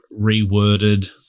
reworded